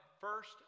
first